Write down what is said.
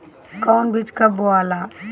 कौन बीज कब बोआला?